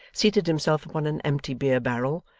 seated himself upon an empty beer-barrel,